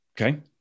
Okay